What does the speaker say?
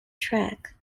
track